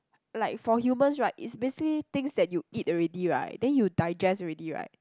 like for humans right it's basically things that you eat already right then you digest already right